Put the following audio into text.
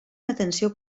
atenció